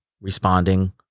responding